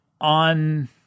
on